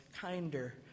kinder